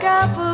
up